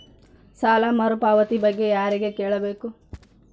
ಸಾಲ ಮರುಪಾವತಿ ಬಗ್ಗೆ ಯಾರಿಗೆ ಕೇಳಬೇಕು?